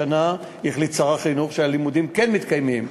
השנה שר החינוך החליט שהלימודים כן מתקיימים.